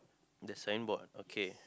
the signboard okay